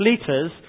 litres